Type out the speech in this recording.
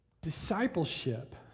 Discipleship